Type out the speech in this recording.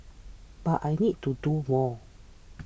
but I need to do more